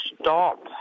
stop